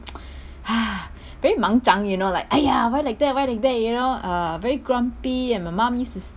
very mang chang you know like !aiya! why like that why like that you know uh very grumpy and my mum use to